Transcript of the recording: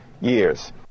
years